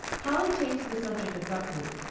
polly changed the subject abruptly.